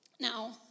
Now